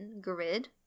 grid